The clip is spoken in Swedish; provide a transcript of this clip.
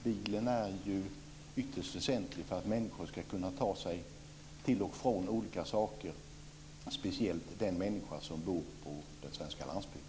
Bilen är ytterst väsentlig för att människor ska kunna ta sig till och från olika ställen, och jag tänker då speciellt på dem som bor på den svenska landsbygden.